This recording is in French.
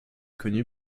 connu